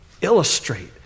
illustrate